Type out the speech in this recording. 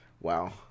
Wow